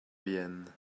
vienne